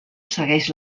segueix